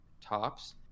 tops